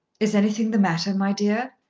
is anything the matter, my dear?